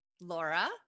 Laura